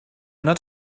not